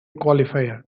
qualifier